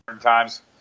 times